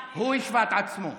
הוא השווה את עצמו.